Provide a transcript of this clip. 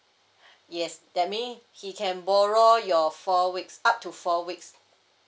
yes that mean he can borrow your four weeks up to four weeks